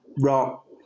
rock